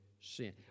sin